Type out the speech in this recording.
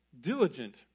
diligent